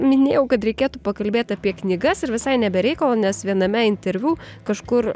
minėjau kad reikėtų pakalbėt apie knygas ir visai ne be reikalo nes viename interviu kažkur